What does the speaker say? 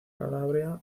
calàbria